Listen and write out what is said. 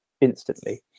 instantly